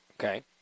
Okay